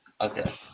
Okay